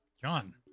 John